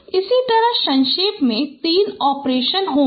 इसी तरह संक्षेप में 3 ऑपरेशन होंगे